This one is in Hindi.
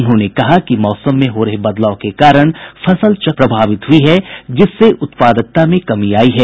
उन्होंने कहा कि मौसम में हो रहे बदलाव के कारण फसल चक्र प्रभावित हुई है जिससे उत्पादकता में कमी आयी है